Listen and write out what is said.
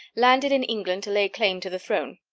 landed in england to lay claim to the throne,